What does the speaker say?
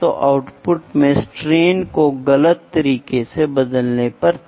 तो सॉफ्टनेस कुछ इस तरह है जैसे पैमाने से संबंधित हो